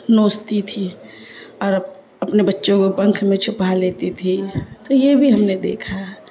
نوچتی تھی اور اپنے بچوں کو پنکھ میں چھپا لیتی تھی تو یہ بھی ہم نے دیکھا ہے